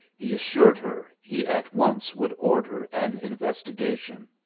he assured her he at once would order an investigation.